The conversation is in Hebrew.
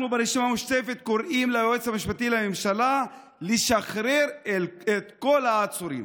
אנחנו ברשימה המשותפת קוראים ליועץ המשפטי לממשלה לשחרר את כל העצורים.